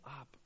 up